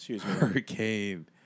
Hurricane